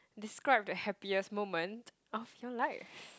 describe the happiest moment of your life